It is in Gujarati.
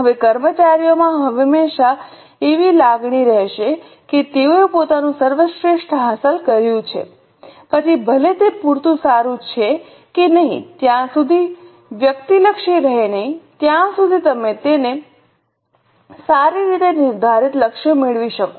હવે કર્મચારીઓમાં હંમેશાં એવી લાગણી રહેશે કે તેઓએ પોતાનું સર્વશ્રેષ્ઠ હાંસલ કર્યું છે પછી ભલે તે પૂરતું સારું છે કે નહીં ત્યાં સુધી વ્યક્તિલક્ષી રહે નહીં ત્યાં સુધી તમે સારી રીતે નિર્ધારિત લક્ષ્યો મેળવી શકો